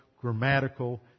grammatical